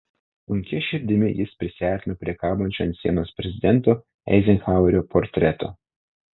sunkia širdimi jis prisiartino prie kabančio ant sienos prezidento eizenhauerio portreto